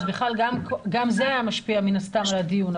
גם זה היה משפיע מן הסתם על הדיון.